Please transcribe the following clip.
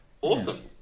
Awesome